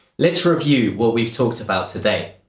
let's review what we've talked about today.